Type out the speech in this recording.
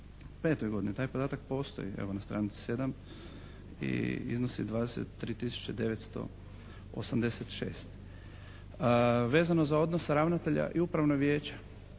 2005. godini. Taj podatak postoji evo na stranici 7 i iznosi 23 tisuće 986. Vezano za odnos ravnatelja i upravno vijeće